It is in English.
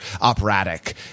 operatic